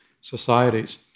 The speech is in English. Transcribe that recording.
societies